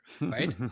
right